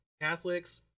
Catholics